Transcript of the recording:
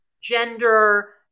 gender